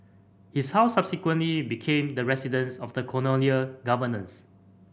his house subsequently became the residence of the colonial governors